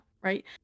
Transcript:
right